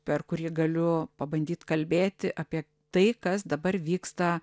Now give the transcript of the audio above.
per kurį galiu pabandyt kalbėti apie tai kas dabar vyksta